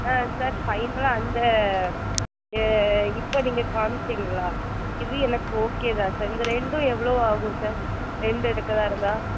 ஆ sir ஃபைனலாக அந்த இப்போ நீங்கள் காமிச்சிங்கள்லா இது எனக்கு ஓகே தான் சார் இந்த ரெண்டும் எவ்வளோ ஆகும் சார் ரெண்டு எடுக்கிறதா இருந்தால்